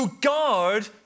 guard